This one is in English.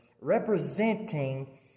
representing